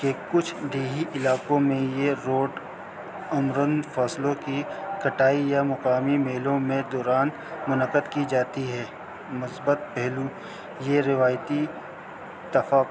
کہ کچھ دیہی علاقوں میں یہ روڈ امرند فصلوں کی کٹائی یا مقامی میلوں میں دوران منعقد کی جاتی ہے مثبت پہلو یہ روایتی تفق